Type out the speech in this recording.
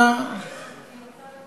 אני רוצה להגיב.